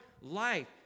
life